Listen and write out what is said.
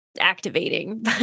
activating